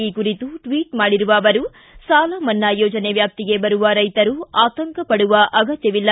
ಈ ಕುರಿತು ಟ್ವಿಟ್ ಮಾಡಿರುವ ಅವರು ಸಾಲ ಮನ್ನಾ ಯೋಜನೆ ವ್ಯಾಪ್ತಿಗೆ ಬರುವ ರೈತರು ಆತಂಕ ಪಡುವ ಅಗತ್ತವಿಲ್ಲ